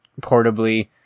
portably